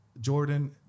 Jordan